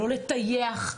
לא לטייח,